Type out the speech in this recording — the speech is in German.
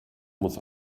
muss